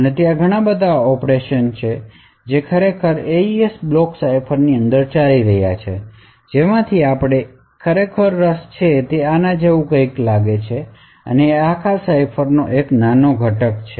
અને ત્યાં ઘણા ઓપરેશન્સ છે જે ખરેખર AES બ્લોક સાઇફરની અંદર ચાલી રહ્યા છે જેમાંથી આપણે ખરેખર રસ છે એ આના જેવું કંઈક લાગે છે અને તે આખા સાઇફરનો એક નાનો ઘટક છે